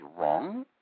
wrong